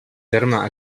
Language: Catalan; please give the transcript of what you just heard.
terme